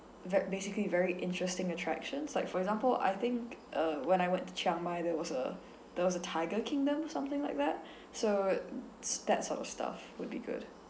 ver~ basically very interesting attractions like for example I think uh when I went to chiang mai there was a there was a tiger kingdom something like that so s~ that sort of stuff would be good